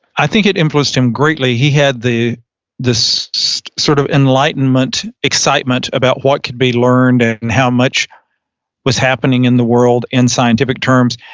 i think it influenced him greatly. he had this sort of enlightenment excitement about what could be learned and how much was happening in the world in scientific terms.